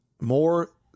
more